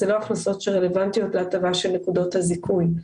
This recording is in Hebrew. אלה לא הכנסות שרלוונטיות להטבה של נקודות הזיכוי.